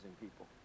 people